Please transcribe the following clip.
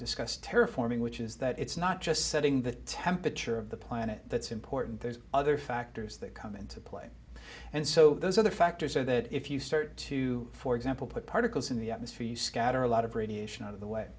discussed terra forming which is that it's not just setting the temperature of the planet that's important there's other factors that come into play and so those other factors are that if you start to for example put particles in the atmosphere you scatter a lot of radiation out of the